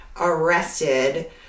arrested